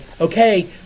okay